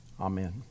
Amen